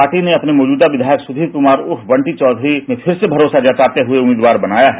party ने अपने मौजूदा विधायक सुधीर कुमार उर्फ बंटी चौधरी में फिर से भरोसा जताते हुए उम्मीदवार बनाया है